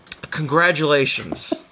Congratulations